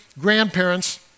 grandparents